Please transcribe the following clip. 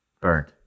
Burned